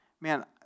man